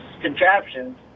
contraptions